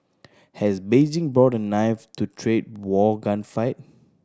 has Beijing brought a knife to trade war gunfight